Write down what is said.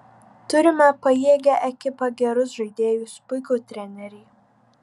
turime pajėgią ekipą gerus žaidėjus puikų trenerį